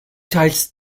teils